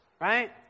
Right